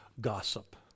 gossip